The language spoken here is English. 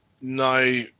no